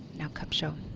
now kupcho.